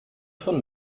von